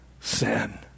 sin